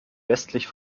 westlich